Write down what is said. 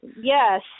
Yes